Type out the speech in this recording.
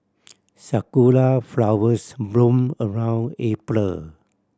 sakura flowers bloom around April